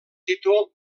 títol